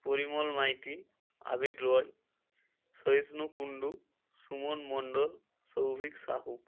Parimal Maiti Abir Roy Sahishnu Kundu Suman Mondal Souvik Sahu